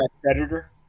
predator